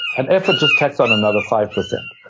and effort just tacks on another five percent.